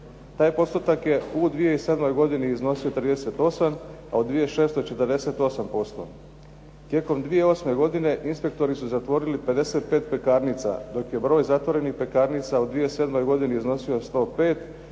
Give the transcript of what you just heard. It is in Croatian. Taj postotak je u 2007. godini iznosio 38 a u 2006. 48%. Tijekom 2008. godine inspektori su zatvorili 55 pekarnica dok je broj zatvorenih pekarnica u 2007. godini iznosio 105,